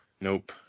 Nope